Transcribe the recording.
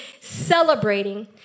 celebrating